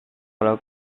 kalau